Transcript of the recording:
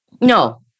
No